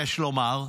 יש לומר,